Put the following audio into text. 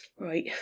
right